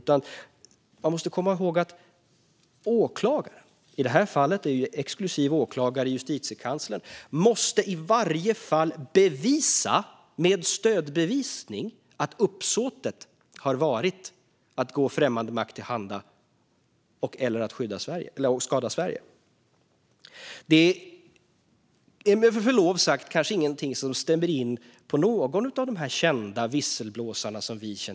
Man måste komma ihåg att åklagaren - i det här fallet är exklusiv åklagare Justitiekanslern - i varje fall med stödbevisning måste bevisa att uppsåtet har varit att gå främmande makt till handa och/eller att skada Sverige. Det är med förlov sagt kanske ingenting som stämmer in på någon av de kända visselblåsarna.